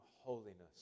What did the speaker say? holiness